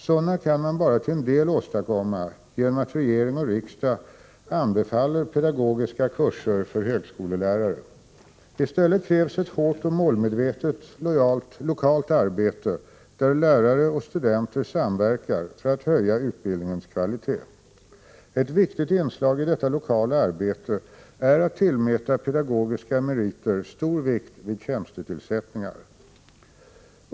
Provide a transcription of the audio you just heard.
Sådana kan man bara till en del åstadkomma genom att regering och riksdag anbefaller pedagogiska kurser för högskolelärare. I stället krävs ett hårt och målmedvetet lokalt arbete där lärare och studenter samverkar för att höja utbildningens kvalitet. Ett viktigt inslag i detta lokala arbete är att tillmäta pedagogiska meriter stor vikt vid tjänstetillsättningar.